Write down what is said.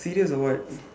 serious or what